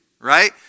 right